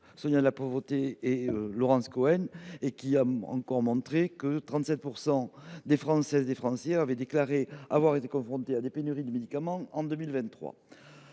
Sonia de La Provôté et de Laurence Cohen souligne notamment que 37 % des Françaises et des Français ont déclaré avoir été confrontés à des pénuries de médicaments en 2023.